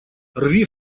рви